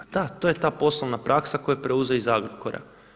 Pa da, to je ta poslovna praksa koju je preuzeo iz Agrokora.